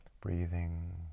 breathing